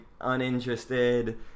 uninterested